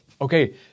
okay